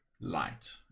light